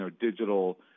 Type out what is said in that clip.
digital